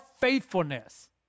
faithfulness